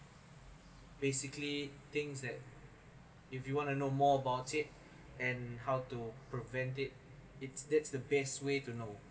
basically things that if you want to know more about it and how to prevent it it's that's the best way to know